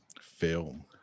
Film